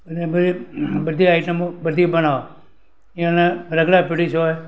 અને પછી બધી આઈટમો બધી બનાવે અને રગડા પેટીસ હોય